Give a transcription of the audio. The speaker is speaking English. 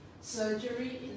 surgery